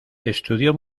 estudió